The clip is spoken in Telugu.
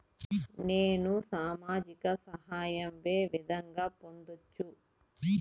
నేను సామాజిక సహాయం వే విధంగా పొందొచ్చు?